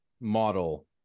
model